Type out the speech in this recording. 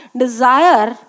desire